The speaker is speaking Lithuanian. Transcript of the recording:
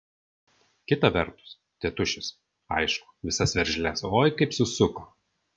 kita vertus tėtušis aišku visas veržles oi kaip susuko